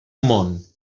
món